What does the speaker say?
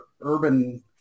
urban